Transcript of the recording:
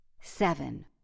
Seven